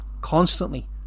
constantly